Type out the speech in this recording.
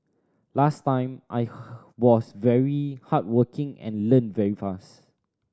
last time I was very hardworking and learnt very fast